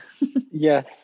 Yes